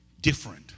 different